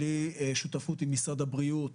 בלי שותפות של משרד הבריאות